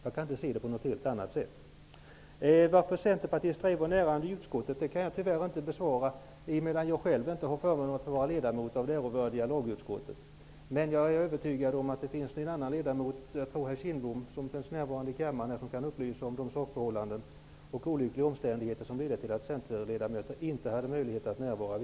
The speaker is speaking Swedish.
Jag kan inte se det på något annat sätt. Jag kan inte besvara frågan varför det ej var några centerpartister närvarande i utskottet då frågan behandlades, emedan jag själv inte har förmånen att få vara ledamot av det ärevördiga lagutskottet. Men jag är övertygad om att någon annan ledamot -- kanske herr Kindbom, som är närvarande i kammaren -- kan upplysa om de sakförhållanden och olyckliga omständigheter som ledde till att centerledamöter inte hade möjlighet att närvara.